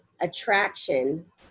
attraction